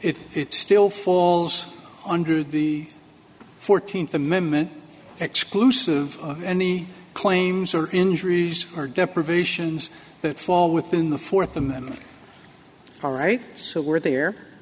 if it still falls under the fourteenth amendment exclusive of any claims or injuries or deprivations that fall within the fourth amendment our right so we're there